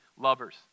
lovers